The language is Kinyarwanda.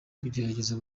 kugerageza